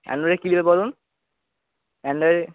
Android কি নেবে বলুন অ্যান্ড্রয়েড